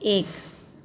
એક